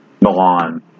Milan